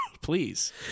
Please